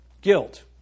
Guilt